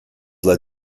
led